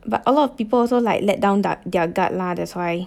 but a lot of people also like let down their gu~ guard lah that's why